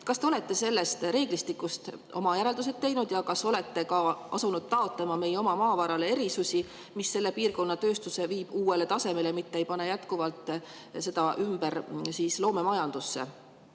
Kas te olete sellest reeglistikust oma järeldused teinud ja kas olete ka asunud taotlema meie oma maavarale erisusi, mis viiks selle piirkonna tööstuse uuele tasemele, mitte ei paneks seda jätkuvalt ümber [orienteerima] loomemajandusele?